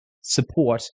support